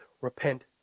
repent